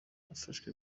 abafashwe